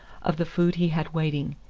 of the food he had waiting,